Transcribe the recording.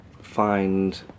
find